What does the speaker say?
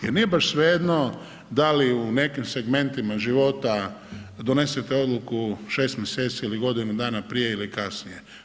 Jer nije baš svejedno da li u nekim segmentima života donesete odluku 6 mjeseci ili godinu dana prije ili kasnije.